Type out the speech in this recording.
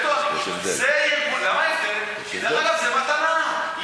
זה מתנה.